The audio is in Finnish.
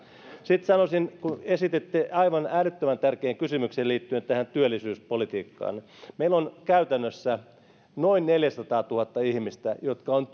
sitten sanoisin kun esititte aivan äärettömän tärkeän kysymyksen liittyen tähän työllisyyspolitiikkaan meillä on käytännössä noin neljäsataatuhatta ihmistä jotka ovat